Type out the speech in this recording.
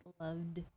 Loved